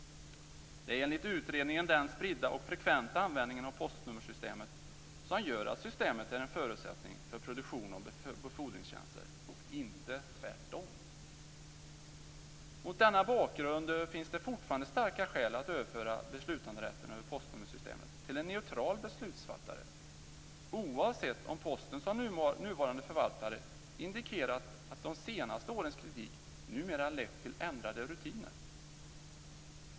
Det är enligt utredningen den spridda och frekventa användningen av postnummersystemet som gör att systemet är en förutsättning för produktion av befordringstjänster, inte tvärtom. Mot denna bakgrund finns det fortfarande starka skäl att överföra beslutanderätten över postnummersystemet till en neutral beslutsfattare oavsett om Posten som nuvarande förvaltare indikerat att de senaste årens kritik numera lett till ändrade rutiner."